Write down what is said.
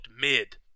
mid